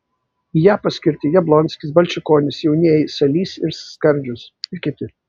į ją paskirti jablonskis balčikonis jaunieji salys ir skardžius ir kiti